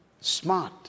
Smart